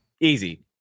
Easy